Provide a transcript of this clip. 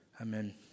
Amen